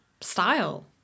style